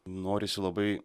norisi labai